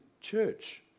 church